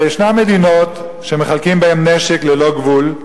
ישנן מדינות שמחלקים בהן נשק ללא גבול,